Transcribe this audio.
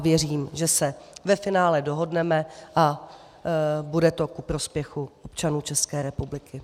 Věřím, že se ve finále dohodneme a bude to ku prospěchu občanů České republiky.